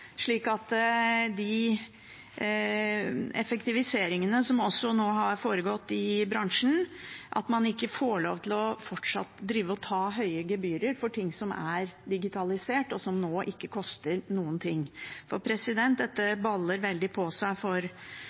slik at man etter de effektiviseringene som nå har foregått i bransjen, ikke fortsatt får lov til å ta høye gebyrer for ting som er digitalisert og nå ikke koster noen ting. Dette baller veldig på seg for